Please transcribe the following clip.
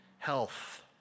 health